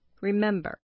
Remember